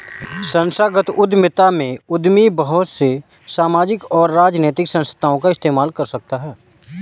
संस्थागत उद्यमिता में उद्यमी बहुत से सामाजिक और राजनैतिक संस्थाओं का इस्तेमाल कर सकता है